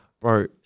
bro